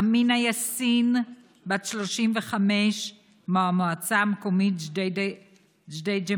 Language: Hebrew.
אמינה יאסין, בת 35, מהמועצה המקומית ג'דידה-מכר,